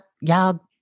y'all